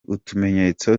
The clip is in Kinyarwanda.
utumenyetso